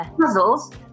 puzzles